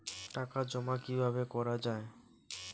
টাকা জমা কিভাবে করা য়ায়?